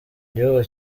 gihugu